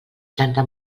planta